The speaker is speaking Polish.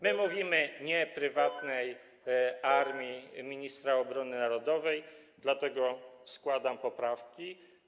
My mówimy „nie” prywatnej armii ministra obrony narodowej, dlatego składam poprawki.